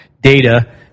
data